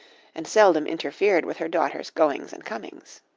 and seldom interfered with her daughter's goings and comings.